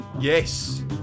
Yes